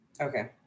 Okay